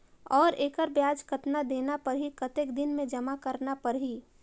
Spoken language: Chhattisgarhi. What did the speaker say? और एकर ब्याज कतना देना परही कतेक दिन मे जमा करना परही??